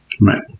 Right